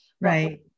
Right